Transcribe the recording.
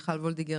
מיכל וולדיגר,